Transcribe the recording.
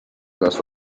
kas